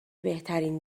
بهترین